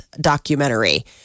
documentary